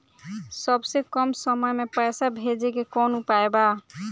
सबसे कम समय मे पैसा भेजे के कौन उपाय बा?